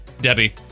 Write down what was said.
Debbie